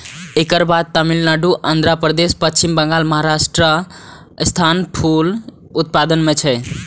एकर बाद तमिलनाडु, आंध्रप्रदेश, पश्चिम बंगाल, महाराष्ट्रक स्थान फूल उत्पादन मे छै